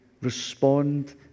respond